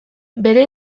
bere